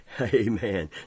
Amen